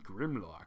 grimlock